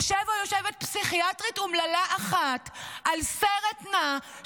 יושב או יושבת פסיכיאטרית אומללה אחת על סרט נע,